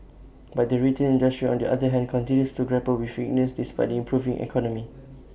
but the retail industry on the other hand continues to grapple with weakness despite the improving economy